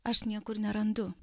aš niekur nerandu